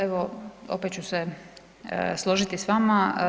Evo opet ću se složiti s vama.